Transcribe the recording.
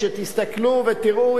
כשתסתכלו ותראו,